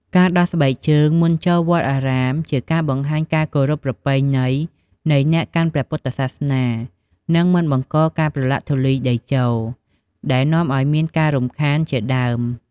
ការដោះស្បែកជើងមុនចូលវត្តអារាម ជាការបង្ហាញការគោរពប្រពៃណីនៃអ្នកកាន់ព្រះពុទ្ធសាសនា និងមិនបង្កការប្រលាក់ធូលីដីចូល ដែលនាំឱ្យមានការរំខានជាដើម។